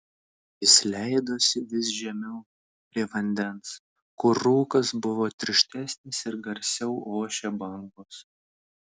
jis leidosi vis žemiau prie vandens kur rūkas buvo tirštesnis ir garsiau ošė bangos